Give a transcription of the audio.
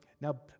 now